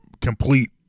complete